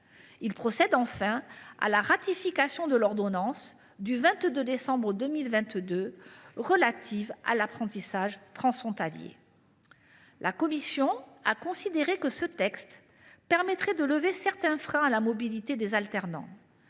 à procéder à la ratification de l’ordonnance du 22 décembre 2022 relative à l’apprentissage transfrontalier. La commission a considéré que la proposition de loi lèvera certains freins à la mobilité des alternants.